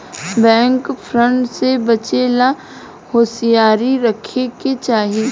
bank fraud से बचे ला होसियारी राखे के चाही